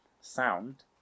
sound